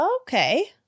Okay